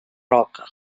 roca